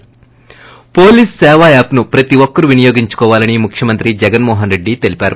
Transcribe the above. ి police Seva app ను ప్రతి ఒక్కరూ వినియోగించుకోవాలని ముఖ్యమంత్రి జగన్మోహన్ రెడ్లి తెలిపారు